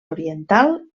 oriental